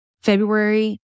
February